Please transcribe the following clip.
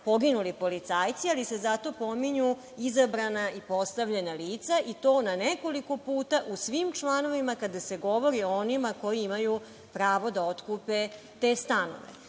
poginuli policajci, ali se zato pominju izabrana i postavljena lica, i to nekoliko puta u svim članovima kada se govori o onima koji imaju pravo da otkupe te stanove.